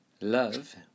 Love